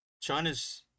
China's